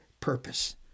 purpose